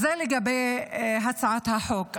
אז זה לגבי הצעת החוק.